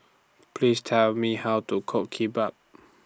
Please Tell Me How to Cook Kimbap